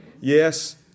Yes